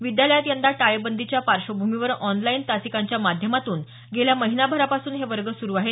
विद्यालयात यंदा टाळेबंदीच्या पार्श्वभूमीवर ऑनलाईन तासिकांच्या माध्यमातून गेल्या महिनाभरापासून हे वर्ग सुरू आहेत